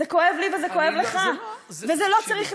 זה כואב לי וזה כואב לך, זה לא,